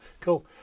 Cool